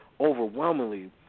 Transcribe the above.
overwhelmingly